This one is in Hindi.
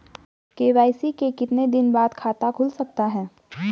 के.वाई.सी के कितने दिन बाद खाता खुल सकता है?